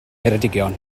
ngheredigion